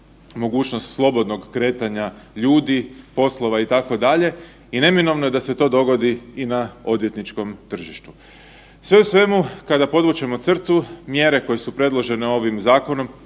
mogućnost slobodnog kretanja ljudi, poslova itd., i neminovno je da se to dogodi i na odvjetničkom tržištu. Sve u svemu kada podvučemo crtu, mjere koje su predložene ovim zakonom,